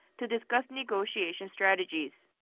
to discuss negotiation strategies.